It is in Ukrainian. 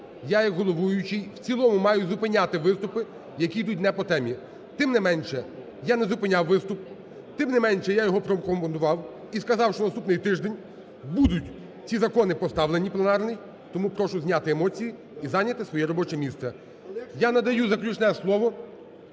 я як головуючий в цілому маю зупиняти виступи, які йдуть не по темі. Тим не менше, я не зупиняв виступ, тим не менше, я його прокоментував і сказав, що наступний тиждень будуть ці закони поставлені пленарні, тому прошу зняти емоції і зайняти своє робоче місце. Я надаю заключне слово